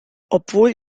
obwohl